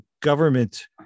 government